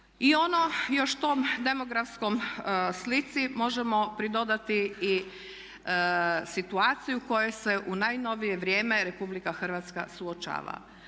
I ono još tom demografskom slici možemo pridodati situaciju u kojoj se u najnovije vrijeme Republika Hrvatska suočava.